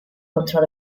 contro